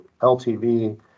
LTV